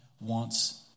wants